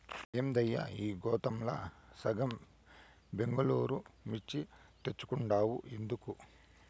ఏందయ్యా ఈ గోతాంల సగం బెంగళూరు మిర్చి తెచ్చుండావు ఎందుకు